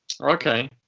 okay